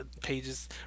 Pages